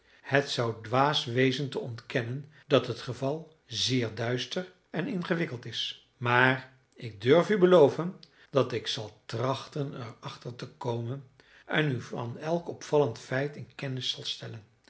het zou dwaas wezen te ontkennen dat het geval zeer duister en ingewikkeld is maar ik durf u beloven dat ik zal trachten er achter te komen en u van elk opvallend feit in kennis zal stellen